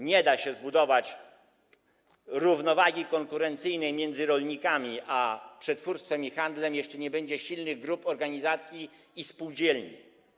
Nie da się zbudować równowagi konkurencyjnej między rolnikami a przetwórstwem i handlem, jeśli nie będzie silnych grup, organizacji i spółdzielni.